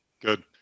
Good